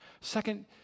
Second